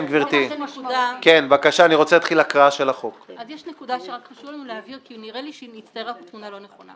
יש לנו נקודה שחשוב לנו להבהיר כי נראה לי שמצטיירת תמונה לא נכונה.